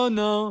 no